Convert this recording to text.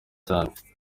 cyane